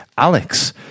alex